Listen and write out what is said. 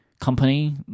company